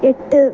எட்டு